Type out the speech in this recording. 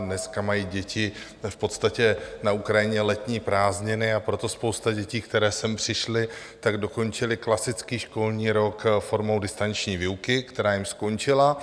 Dneska mají v podstatě na Ukrajině letní prázdniny, a proto spousta dětí, které sem přišly, dokončily klasický školní rok formou distanční výuky, která jim skončila.